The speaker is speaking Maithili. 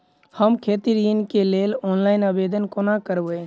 हम खेती ऋण केँ लेल ऑनलाइन आवेदन कोना करबै?